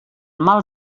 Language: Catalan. mal